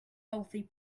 healthy